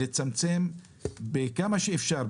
לצמצם כמה שאפשר.